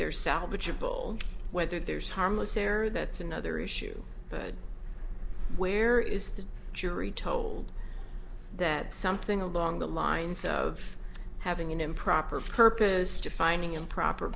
they're salvageable whether there's harmless error that's another issue but where is the jury told that something along the lines of having an improper purpose defining improper